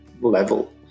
level